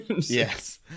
Yes